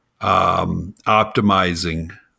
optimizing